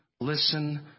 listen